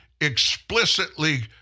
explicitly